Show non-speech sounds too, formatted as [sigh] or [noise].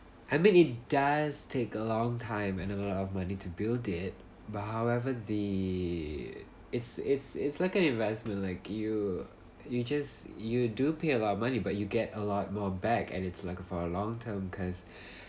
I mean it does take a long time and a lot of money to build it but however the it's it's it's like an investment like you you just you do pay a lot of money but you get a lot more back and it's like a for a long term cause [breath] cause